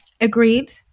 Agreed